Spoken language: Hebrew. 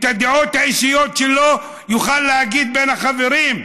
את הדעות האישיות שלו הוא יוכל להגיד בין החברים.